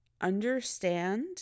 understand